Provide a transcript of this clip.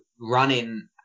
running